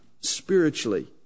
spiritually